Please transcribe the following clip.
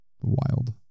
wild